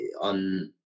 on